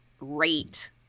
rate